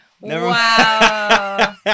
Wow